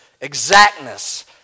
exactness